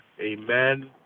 amen